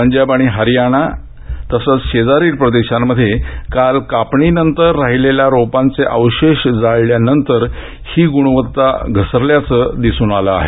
पंजाब हरियाणाआणि शेजारील प्रदेशात काल कापणीनंतर राहिलेल्या रोपांचे अवशेष जाळल्यानंतर ही गुणवत्ता घसरल्याचं दिसून आलं आहे